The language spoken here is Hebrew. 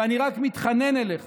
ואני רק מתחנן אליך